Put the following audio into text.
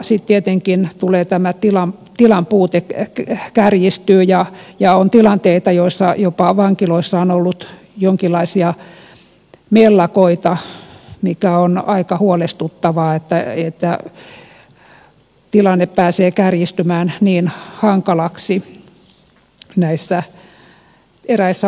sitten tietenkin tulee tämä tila on tilanpuute tilan puute kärjistyy ja on tilanteita joissa jopa vankiloissa on ollut jonkinlaisia mellakoita mikä on aika huolestuttavaa että tilanne pääsee kärjistymään niin hankalaksi eräissä vankiloissa